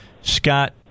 Scott